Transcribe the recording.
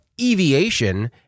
Eviation